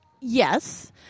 yes